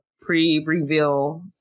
pre-reveal